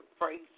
praise